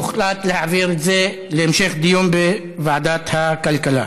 הוחלט להעביר את זה להמשך דיון בוועדת הכלכלה.